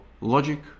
logic